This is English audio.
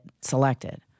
selected